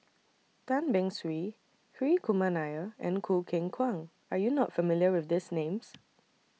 Tan Beng Swee Hri Kumar Nair and Choo Keng Kwang Are YOU not familiar with These Names